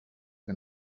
que